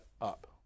up